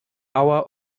hour